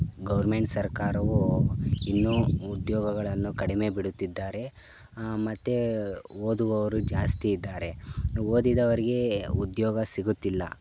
government ಸರ್ಕಾರವು ಇನ್ನು ಉದ್ಯೋಗಗಳನ್ನು ಕಡಿಮೆ ಬಿಡುತ್ತಿದ್ದಾರೆ ಮತ್ತು ಓದುವವರು ಜಾಸ್ತಿ ಇದ್ದಾರೆ ಓದಿದವರಿಗೆ ಉದ್ಯೋಗ ಸಿಗುತ್ತಿಲ್ಲ